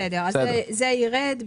בסדר, אין בעיה.